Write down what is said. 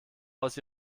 aus